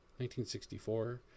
1964